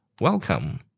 Welcome